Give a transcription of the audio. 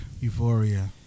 euphoria